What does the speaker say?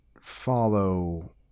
follow